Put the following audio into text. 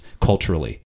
culturally